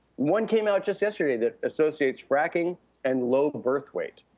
one came out just yesterday that associates fracking and low birth weight.